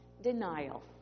denial